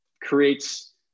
creates